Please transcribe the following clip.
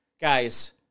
guys